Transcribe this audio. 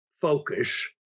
focus